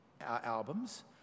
albums